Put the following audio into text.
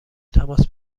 تماس